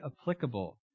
applicable